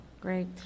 Great